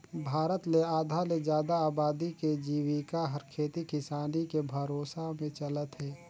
भारत ले आधा ले जादा अबादी के जिविका हर खेती किसानी के भरोसा में चलत हे